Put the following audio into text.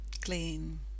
clean